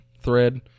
thread